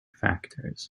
factors